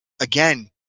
again